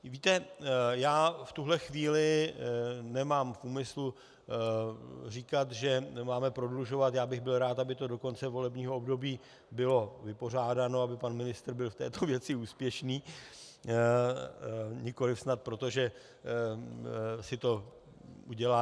V tuhle chvíli nemám v úmyslu říkat, že nemáme prodlužovat, já bych byl rád, aby to do konce volebního období bylo vypořádáno, aby pan ministr byl v této věci úspěšný, nikoliv snad proto, že si to udělá...